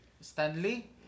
Stanley